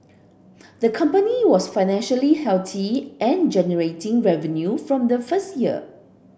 the company was financially healthy and generating revenue from the first year